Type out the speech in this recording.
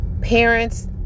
parents